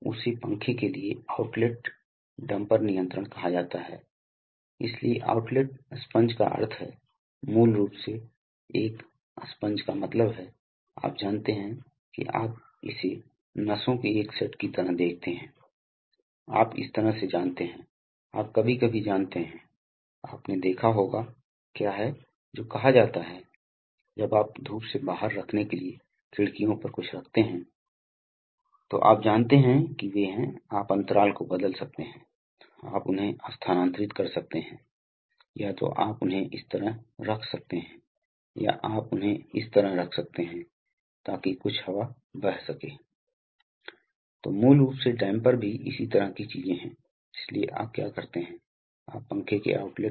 इसलिए चूंकि यह सक्शन है इसलिए यह इस आउटलेट को सील कर देगा इसलिए आउटलेट से कोई हवा नहीं ली जाएगी ठीक है अब इसके बाद सबसे कम स्थिति में आने के बाद हवा की एक निश्चित मात्रा अंदर रहने वाली है और वह कम इनलेट दबाव पर है इसके बाद यह अल्टेरनेटिंग गति यह सिलेंडर ऊपर जाना शुरू कर देगा जिस क्षण यह ऊपर जाने लगेगा यह यहाँ एक उच्च दबाव बनाता है यह वास्तव में यहाँ हवा को संकुचित करता है तो ऐसा क्या होता है कि यह वाल्व अब ऊपर दबाया जाता है इसलिए यह बंद हो जाएगा जबकि यह वाल्व ऊपर भी जाएगा और फिर यह खुल जाएगा जो वास्तव में खुल जाएगा